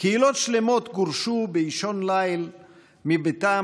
וקהילות שלמות גורשו באישון ליל מביתן